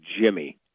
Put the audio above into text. Jimmy